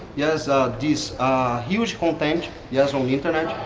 yes this huge content, yes on internet,